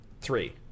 Three